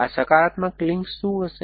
આ સકારાત્મક લિંક્સ શું હશે